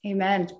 Amen